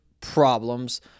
problems